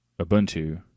Ubuntu